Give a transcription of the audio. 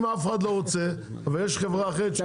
אם אף אחד לא רוצה ויש חברה אחרת שכן יכולה?